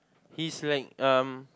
he's like um